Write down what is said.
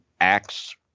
Acts